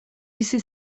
bizi